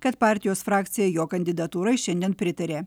kad partijos frakcija jo kandidatūrai šiandien pritarė